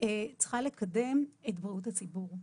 צריכה לקדם את בריאות הציבור.